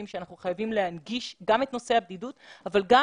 ואנחנו חייבים להנגיש גם את נושא הבדידות אבל גם